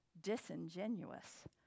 disingenuous